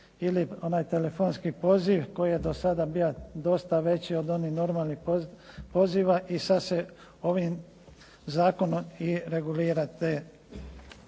onaj telefonski poziv koji je do sada bio dosta veći od onih normalnih poziva i sad se ovim zakonom i regulira te